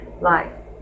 life